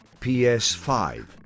PS5